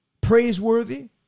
praiseworthy